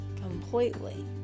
completely